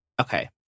Okay